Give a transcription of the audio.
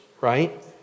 right